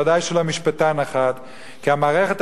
ודאי שלא משפטן אחד,